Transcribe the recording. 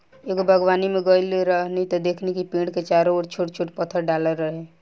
एगो बागवानी में गइल रही त देखनी कि पेड़ के चारो ओर छोट छोट पत्थर डालल रहे